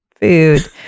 food